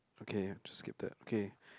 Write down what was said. okay just skip that okay